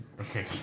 Okay